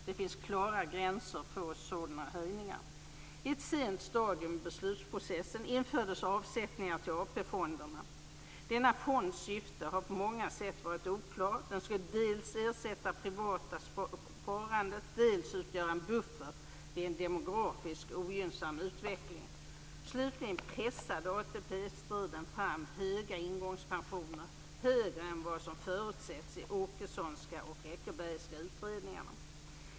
Det finns klara gränser för sådana höjningar. I ett sent stadium i beslutsprocessen infördes avsättningar till AP-fonden. Denna fonds syfte har på många sätt varit oklar. Den skulle dels "ersätta" privat sparande, dels utgöra en buffert vid en demografiskt ogynnsam utveckling. Slutligen pressade ATP-striden fram höga ingångspensioner, högre än vad som förutsetts i Åkesonska och Eckerbergska utredningarna.